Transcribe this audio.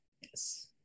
Yes